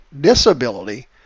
disability